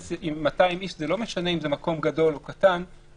(3) מפעיל מקום ציבורי או עסקי בדרך של פתיחתו לציבור,